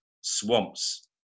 swamps